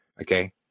okay